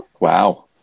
Wow